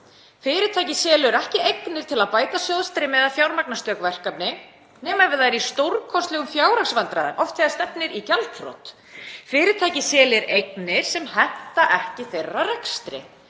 Fyrirtæki selur ekki eignir til að bæta sjóðstreymi eða fjármagna stök verkefni, nema ef það er í stórkostlegum fjárhagsvandræðum, oft þegar stefnir í gjaldþrot. Fyrirtæki selur eignir sem henta ekki rekstri